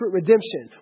redemption